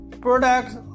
products